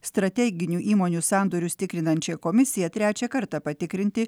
strateginių įmonių sandorius tikrinančią komisiją trečią kartą patikrinti